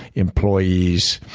employees,